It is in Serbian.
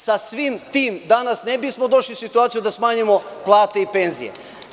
Sa svim tim danas ne bismo došli u situaciju da smanjimo plate i penzije.